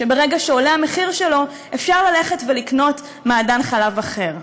שברגע שעולה המחיר שלו אפשר ללכת ולקנות מעדן חלב אחר.